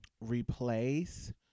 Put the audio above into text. replace